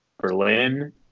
Berlin